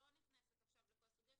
אני לא נכנסת עכשיו לכל הסוגיות,